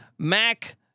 Mac